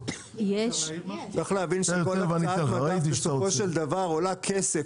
צריך להבין --- בסופו של דבר עולה כסף.